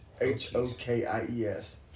H-O-K-I-E-S